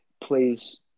plays